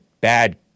bad